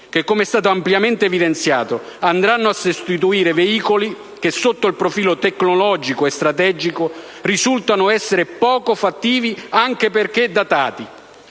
quali, come è stato ampiamente evidenziato, andranno a sostituire velivoli che sotto il profilo tecnologico e strategico risultano essere poco fattivi anche perché datati.